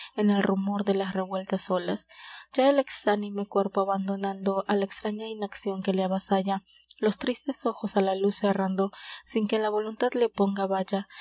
en el rumor de las revueltas olas ya el exánime cuerpo abandonando á la extraña inaccion que le avasalla los tristes ojos á la luz cerrando sin que la voluntad le oponga valla